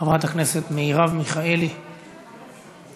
חברת הכנסת מרב מיכאלי, סליחה,